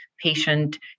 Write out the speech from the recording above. patient